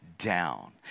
Down